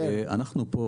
אנחנו פה